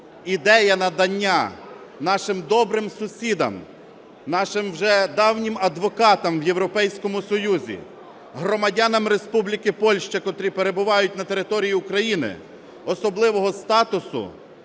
Ідея надання нашим добрим сусідам, нашим вже давнім адвокатам в Європейському Союзі, громадянам Республіки Польща, котрі перебувають на території України, особливого статусу